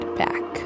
back